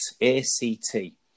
A-C-T